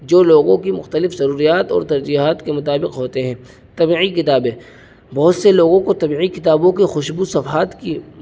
جو لوگوں کی مختلف ضروریات اور ترجیحات کے مطابق ہوتے ہیں طبعی کتابیں بہت سے لوگوں کو طبعی کتابوں کے خوشبو صفحات کی